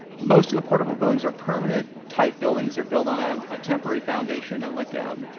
most of the portable buildings are permanent type buildings. they're built on ah a temporary foundation, like a